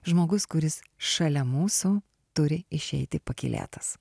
žmogus kuris šalia mūsų turi išeiti pakylėtas